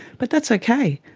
but that's okay,